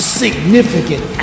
significant